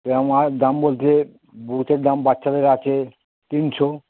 সে আমার দাম বলতে বুটের দাম বাচ্চাদের আছে তিনশো